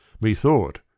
methought